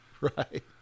Right